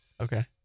Okay